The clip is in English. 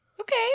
Okay